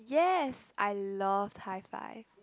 yes I loved Hi Five